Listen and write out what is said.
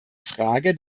frage